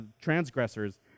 transgressors